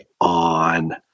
on